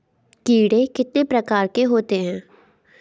कीड़े कितने प्रकार के होते हैं?